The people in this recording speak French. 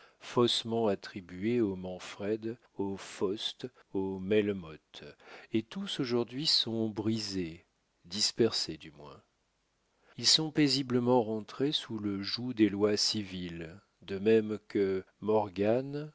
faussement attribuée aux manfred aux faust aux melmoth et tous aujourd'hui sont brisés dispersés du moins ils sont paisiblement rentrés sous le joug des lois civiles de même que morgan